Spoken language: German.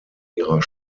ihrer